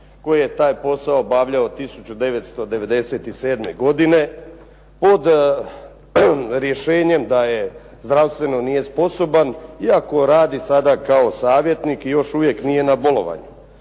koji je taj posao obavljao od 1997. godine pod rješenjem da je zdravstveno nije sposoban iako radi sada kao savjetnik i još uvijek nije na bolovanju.